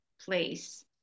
place